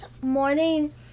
morning